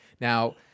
Now